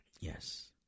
Yes